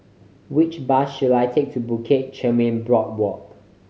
which bus should I take to Bukit Chermin Boardwalk